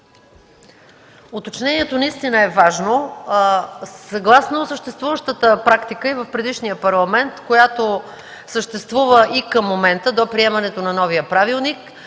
Уточнението наистина е важно. Съгласно съществуващата практика и в предишния Парламент, и към момента – до приемането на новия правилник,